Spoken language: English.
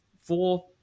four